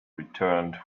returned